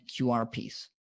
QRPs